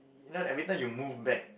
you know every time you move back